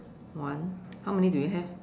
one how many do you have